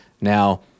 Now